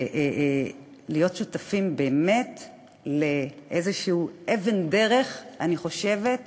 ולהיות שותפים באמת לאיזושהי אבן דרך, אני חושבת,